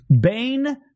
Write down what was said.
Bane